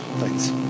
thanks